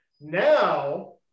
Now